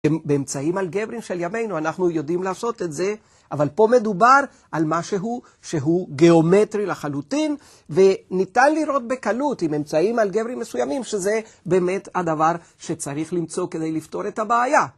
באמצעים אלגבריים של ימינו אנחנו יודעים לעשות את זה, אבל פה מדובר על משהו שהוא גיאומטרי לחלוטין, וניתן לראות בקלות עם אמצעים אלגבריים מסוימים, שזה באמת הדבר שצריך למצוא כדי לפתור את הבעיה.